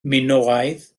minoaidd